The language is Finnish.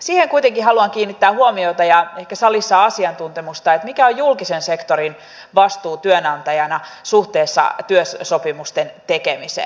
siihen kuitenkin haluan kiinnittää huomiota ja ehkä salissa on asiantuntemusta siihen mikä on julkisen sektorin vastuu työnantajana suhteessa työsopimusten tekemiseen